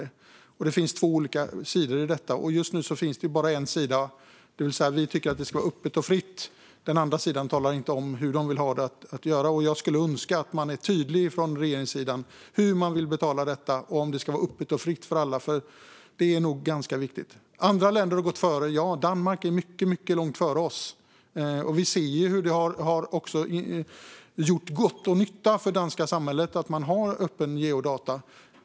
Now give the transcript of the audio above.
Det finns två olika sidor i detta, och just nu finns det bara en sida, det vill säga vi tycker att det ska vara öppet och fritt. Den andra sidan talar inte om hur de vill ha det. Jag skulle önska att man är tydlig från regeringssidan med hur man vill betala detta och om det ska vara öppet och fritt för alla, för det är nog ganska viktigt. Andra länder har gått före, ja. Danmark är mycket långt före oss, och vi ser hur det har gjort gott och gjort nytta för det danska samhället att man har öppna geodata.